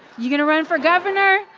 you going to run for governor?